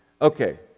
Okay